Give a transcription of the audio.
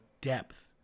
depth